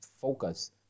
focus